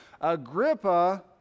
Agrippa